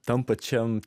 tam pačiam